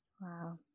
Wow